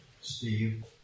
Steve